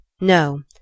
no